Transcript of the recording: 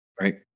Right